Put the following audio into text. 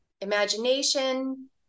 imagination